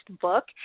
book